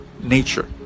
nature